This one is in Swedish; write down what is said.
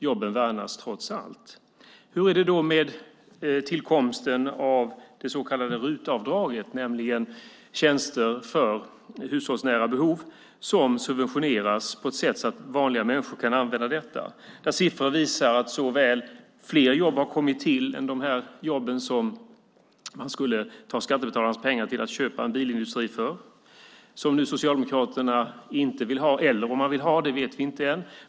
Jobben värnas trots allt. Hur är det då med tillkomsten av det så kallade RUT-avdraget, nämligen tjänster för hushållsnära behov, som subventioneras på ett sådant sätt att vanliga människor kan använda det? Siffror visar att fler jobb har kommit till där än de jobb som man skulle skapa genom att ta skattebetalarnas för att köpa en bilindustri. Vi vet ännu inte om Socialdemokraterna vill ha det.